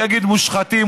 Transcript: יגיד: מושחתים,